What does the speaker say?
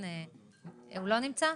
הוא לא נמצא?